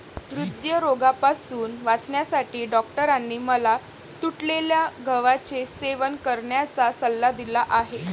हृदयरोगापासून वाचण्यासाठी डॉक्टरांनी मला तुटलेल्या गव्हाचे सेवन करण्याचा सल्ला दिला आहे